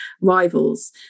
rivals